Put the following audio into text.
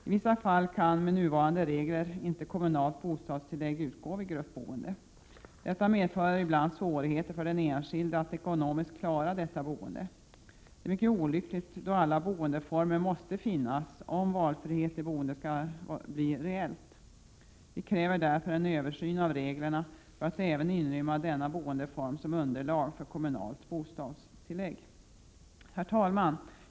I vissa fall kan med nuvarande regler ej kommunalt bostadstillägg utgå vid gruppboende. Detta medför ibland svårigheter för den enskilde att ekonomiskt klara detta boende. Detta är mycket olyckligt, då alla boendeformer måste finnas om valfriheten i boendet också skall bli reell. Vi kräver därför en översyn av reglerna för att även inrymma denna boendeform som underlag för kommunalt bostadstillägg. Herr talman!